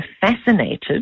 fascinated